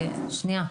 שנייה.